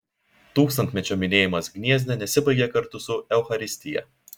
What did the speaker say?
tūkstantmečio minėjimas gniezne nesibaigė kartu su eucharistija